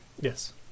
yes